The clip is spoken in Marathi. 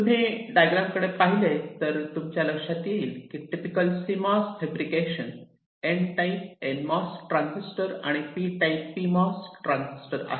तुम्ही डायग्राम कडे पहिले तर तुमच्या लक्षात येईल कि typical CMOS fabrication N type NMOS transistor आणि P टाईप PMOS ट्रांजिस्टर आहे